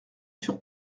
sur